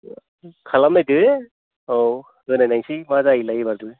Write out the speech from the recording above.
खालामनायदो औ होनायनायनोसै मा जायोलाय एबारबो